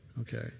Okay